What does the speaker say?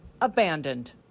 abandoned